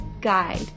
guide